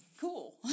cool